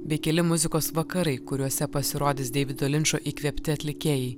bei keli muzikos vakarai kuriuose pasirodys deivido linčo įkvėpti atlikėjai